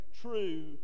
true